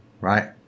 Right